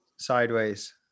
sideways